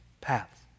paths